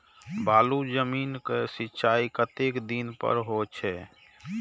बालू जमीन क सीचाई कतेक दिन पर हो छे?